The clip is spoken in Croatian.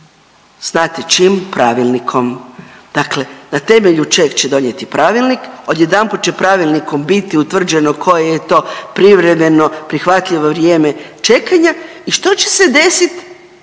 znate čim? Pravilnikom. Dakle, na temelju čeg će donijet pravilnik? Odjedanput će pravilnikom biti utvrđeno koje je to privremeno prihvatljivo vrijeme čekanja. I što će se desit